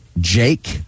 Jake